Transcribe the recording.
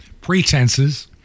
pretenses